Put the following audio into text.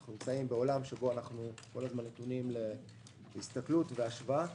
אנחנו נמצאים בעולם שבו אנחנו כל הזמן פונים להסתכלות והשוואה.